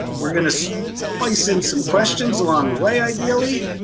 we're gonna so splice in some questions along the way, ideally.